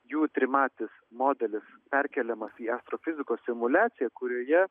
jų trimatis modelis perkeliamas į astrofizikos simuliaciją kurioje